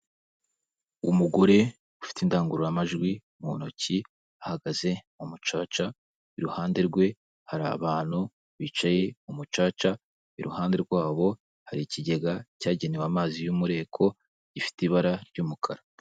Umugore ufite indangururamajwi mu ntoki ahagaze mu mucaca, iruhande rwe hari abantu bicaye mu mucaca, iruhande rwabo hari ikigega cyagenewe amazi y'umureko gifite ibara ry'umukara.